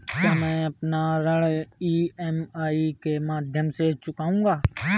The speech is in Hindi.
क्या मैं अपना ऋण ई.एम.आई के माध्यम से चुकाऊंगा?